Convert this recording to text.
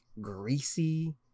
greasy